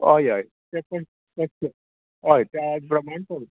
हय हय तेत तेत हय त्या प्रमाण कर